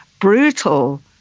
brutal